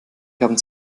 haben